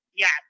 Yes